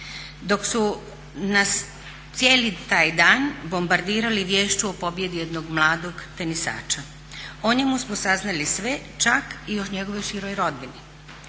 Dok su nas cijeli taj dan bombardirali viješću o pobjedi jednog mladog tenisača. O njemu smo saznali sve čak i o njegovoj široj rodbini